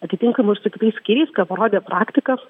atitinkamus tiktai skyrius ką parodė praktikos